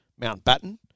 Mountbatten